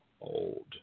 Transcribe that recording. old